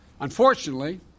Unfortunately